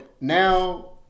now